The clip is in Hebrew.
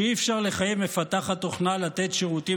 שאי-אפשר לחייב מפתחת תוכנה לתת שירותים